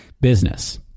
business